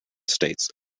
states